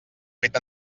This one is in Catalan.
fet